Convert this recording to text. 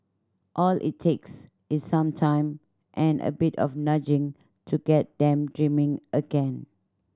all it takes is some time and a bit of nudging to get them dreaming again